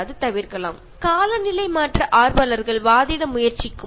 കാരണം തണുത്ത കാറ്റ് പുറത്ത് പോകാതിരിക്കാൻ